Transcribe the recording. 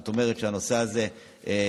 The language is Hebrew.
זאת אומרת שהנושא הזה מחלחל.